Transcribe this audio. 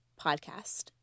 podcast